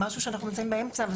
אנחנו באמצע.